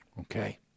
Okay